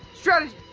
strategy